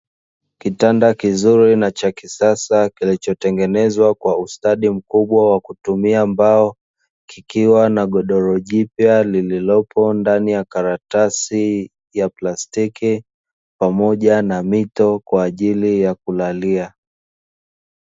Kitanda kizuri na cha kisasa kilichotengenezwa kwa ustadi mkubwa wa kutumia mbao kikiwa na godoro jipya, lililopo ndani ya karatasi ya plastiki pamoja na mito kwa ajili ya kulalia.